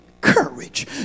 courage